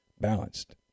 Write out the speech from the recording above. balanced